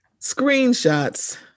screenshots